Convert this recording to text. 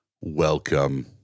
welcome